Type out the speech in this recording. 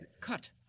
Cut